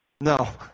No